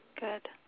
good